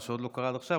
מה שעוד לא קרה עד עכשיו,